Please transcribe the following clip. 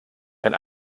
wenn